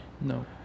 No